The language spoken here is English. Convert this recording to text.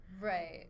Right